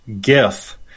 gif